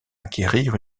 acquérir